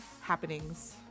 happenings